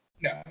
no